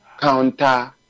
counter